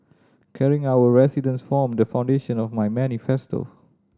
caring our residents form the foundation of my manifesto